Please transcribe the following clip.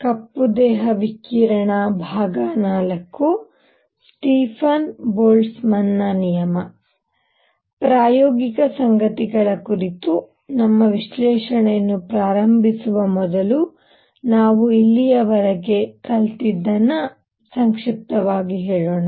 ಕಪ್ಪು ದೇಹ ವಿಕಿರಣ IV Stefan's Boltzmann ನಿಯಮ ಪ್ರಾಯೋಗಿಕ ಸಂಗತಿಗಳ ಕುರಿತು ನಮ್ಮ ವಿಶ್ಲೇಷಣೆಯನ್ನು ಪ್ರಾರಂಭಿಸುವ ಮೊದಲು ನಾವು ಇಲ್ಲಿಯವರೆಗೆ ಕಲಿತದ್ದನ್ನು ಸಂಕ್ಷಿಪ್ತವಾಗಿ ಹೇಳೋಣ